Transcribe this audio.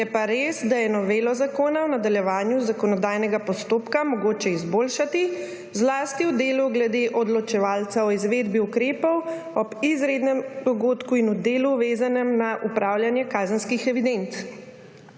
pa res, da je novelo zakona v nadaljevanju zakonodajnega postopka mogoče izboljšati, zlasti v delu glede odločevalcev o izvedbi ukrepov ob izrednem dogodku in v delu, vezanem na upravljanje kazenskih evidenc.